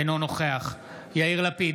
אינו נוכח יאיר לפיד,